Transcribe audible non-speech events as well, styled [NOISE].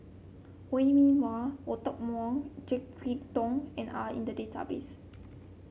Wee Mee Wah [UNINTELLIGIBLE] JeK Yeun Thong and are in the database